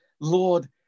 Lord